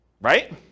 right